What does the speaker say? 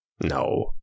No